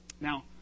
Now